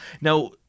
Now